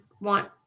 want